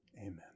Amen